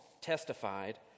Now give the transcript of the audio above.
testified